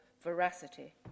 veracity